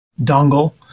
dongle